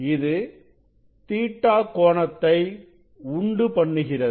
இது Ɵ கோணத்தை உண்டு பண்ணுகிறது